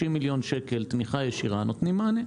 מיליון שקל תמיכה ישירה נותנים מענה.